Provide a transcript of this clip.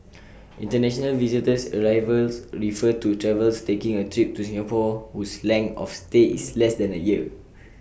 International visitor arrivals refer to travellers taking A trip to Singapore whose length of stay is less than A year